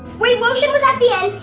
wait lotion was at the end.